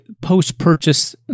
post-purchase